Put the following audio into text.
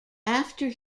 after